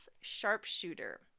Sharpshooter